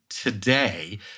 today